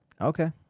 Okay